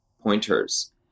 pointers